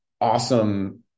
awesome